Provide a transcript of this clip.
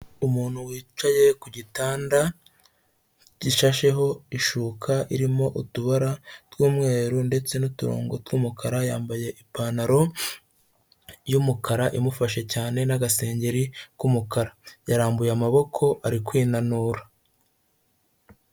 Umuntu wicaye ku gitanda gishasheho ishuka irimo utubara tw'umweru ndetse n'uturongo tw'umukara, yambaye ipantaro y'umukara imufashe cyane n'asengeri k'umukara yarambuye amaboko ari kwinanura.